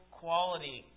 quality